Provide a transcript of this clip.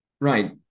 Right